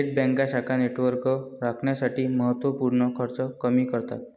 थेट बँका शाखा नेटवर्क राखण्यासाठी महत्त्व पूर्ण खर्च कमी करतात